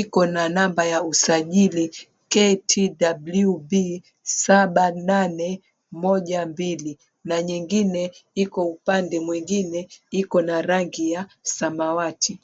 iko na namba ya usajili KTWB7812 na nyengine iko upande mwengine iko na rangi ya samawati.